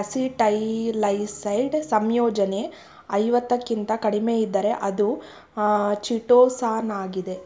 acetylised ಸಂಯೋಜನೆ ಐವತ್ತಕ್ಕಿಂತ ಕಡಿಮೆಯಿದ್ದರೆ ಅದು ಚಿಟೋಸಾನಾಗಿದೆ